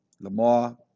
Lamar